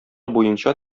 буенча